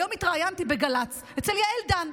היום התראיינתי בגל"צ אצל יעל דן.